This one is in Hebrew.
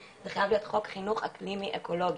זה חייב להיות חוק חינוך אקלימי אקולוגי.